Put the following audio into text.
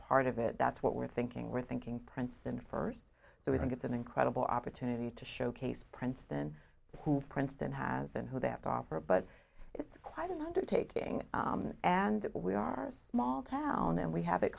part of it that's what we're thinking we're thinking princeton first so we think it's an incredible opportunity to showcase princeton who princeton has been who that offer but it's quite an undertaking and we are small town and we have it